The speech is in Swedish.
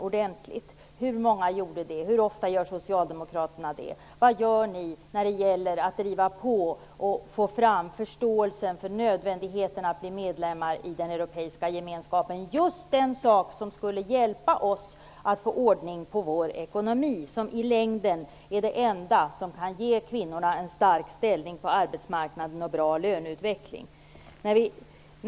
Hur många har gjort det, och hur ofta gör Socialdemokraterna det? Vad gör ni när det gäller att driva på och få förståelse för nödvändigheten att bli medlemmar i den europeiska gemenskapen? Det är just det som skulle hjälpa oss att få ordning på vår ekonomi, vilket i längden är det enda som kan ge kvinnorna en stark ställning på arbetsmarknaden och en bra löneutveckling.